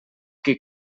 qui